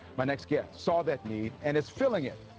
my next guest saw that need and is filling it.